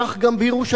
כך גם בירושלים.